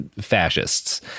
Fascists